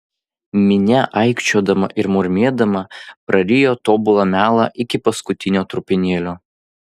minia aikčiodama ir murmėdama prarijo tobulą melą iki paskutinio trupinėlio